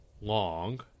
long